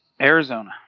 Arizona